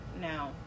now